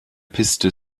piste